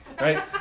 right